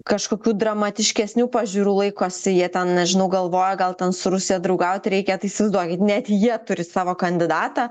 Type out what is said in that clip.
kažkokių dramatiškesnių pažiūrų laikosi jie ten nežinau galvoja gal ten su rusia draugauti reikia tai įsivaizduokit net jie turi savo kandidatą